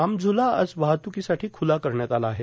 रामझुला आज वाहतुकोसाठी खुला करण्यात आला आहे